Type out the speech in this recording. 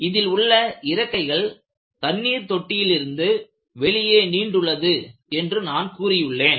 இதில் உள்ள இறக்கைகள் தண்ணீர் தொட்டியில் இருந்து வெளியே நீண்டுள்ளது என்று நான் கூறியுள்ளேன்